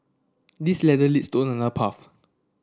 this ladder leads to path